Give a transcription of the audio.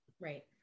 Right